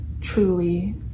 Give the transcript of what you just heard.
truly